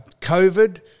COVID